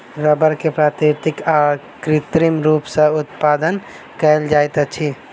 रबड़ के प्राकृतिक आ कृत्रिम रूप सॅ उत्पादन कयल जाइत अछि